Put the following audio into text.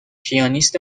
پیانیست